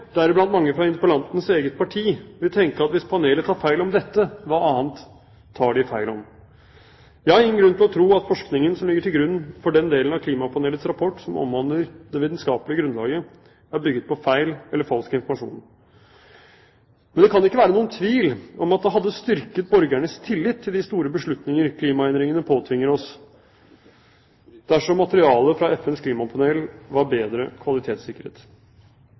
mange fra interpellantens parti, vil tenke at hvis panelet tar feil om dette, hva annet tar de feil om? Jeg har ingen grunn til å tro at forskningen som ligger til grunn for den delen av klimapanelets rapport som omhandler det vitenskapelige grunnlaget, er bygget på feil eller falsk informasjon. Men det kan ikke være noen tvil om at det hadde styrket borgernes tillit til de store beslutninger klimaendringene påtvinger oss, dersom materialet fra FNs klimapanel var bedre kvalitetssikret.